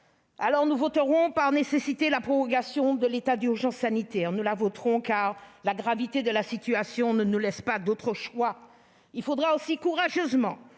Nous voterons, par nécessité, la prorogation de l'état d'urgence sanitaire. Nous la voterons, car la gravité de la situation ne nous laisse pas d'autre choix. Il faudra cependant